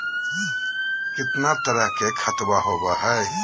कितना तरह के खातवा होव हई?